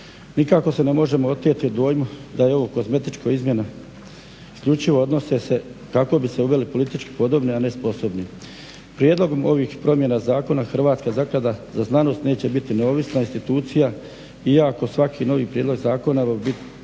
Nikako se ne možemo oteti dojmu da je ovo kozmetička izmjene isključivo odnose se kako bi se uveli politički podobni a ne sposobni. Prijedlog ovih promjena zakona Hrvatska zaklada za znanost neće biti neovisna institucija iako svaki novi prijedlog zakona trebao